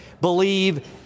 believe